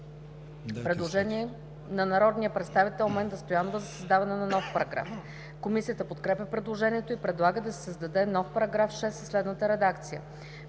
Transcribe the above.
предложение на народния представител Менда Стоянова за създаване на нов параграф. Комисията подкрепя предложението и предлага да се създаде нов § 6 със следната редакция: